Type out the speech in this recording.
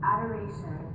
Adoration